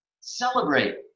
celebrate